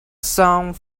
song